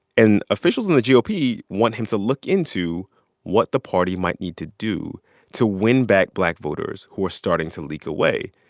and officials in the gop want him to look into what the party might need to do to win back black voters who are starting to leak away.